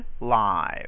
live